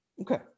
Okay